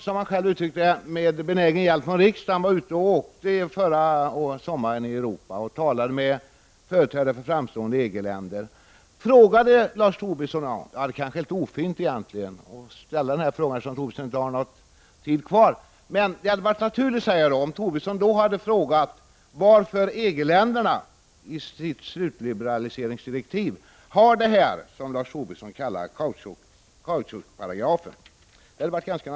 När herr Tobisson med benägen hjälp från riksdagen, som han själv uttryckte det, var ute och reste i Europa förra sommaren och talade med företrädare för framstående EG-länder hade det varit naturligt om herr Tobisson hade frågat varför EG-länderna i sitt slutliberaliseringsdirektiv har det som Lars Tobisson kallar för en kautschukparagraf.